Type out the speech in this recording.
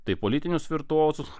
taip politinius virtuozus